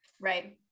Right